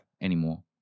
anymore